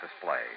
display